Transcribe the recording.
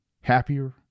happier